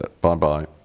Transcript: Bye-bye